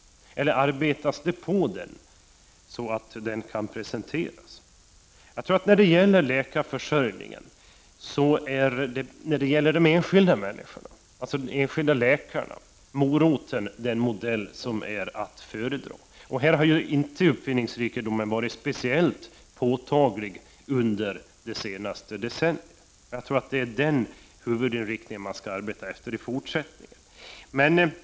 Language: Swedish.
Eller arbetas det på den så att den kan presenteras? När det gäller den enskilda människan, dvs. den enskilde läkaren i detta fall, är moroten den modell som är att föredra, men här har uppfinningsrikedomen inte varit speciellt påtaglig under det senaste decenniet. Det är den huvudinriktning som man bör arbeta efter i fortsättningen.